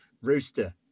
Rooster